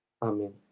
Amen